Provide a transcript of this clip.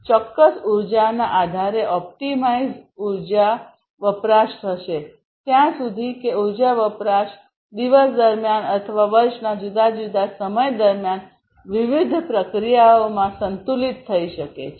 ચોક્કસ ઉર્જાના આધારે ઓપ્ટિમાઇઝ ઉર્જા વપરાશ થશે ત્યાં સુધી કે ઉર્જા વપરાશ દિવસ દરમિયાન અથવા વર્ષના જુદા જુદા સમય દરમિયાન વિવિધ પ્રક્રિયાઓમાં સંતુલિત થઈ શકે છે